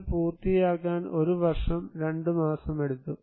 ഇത് പൂർത്തിയാക്കാൻ 1 വർഷം 2 മാസമെടുത്തു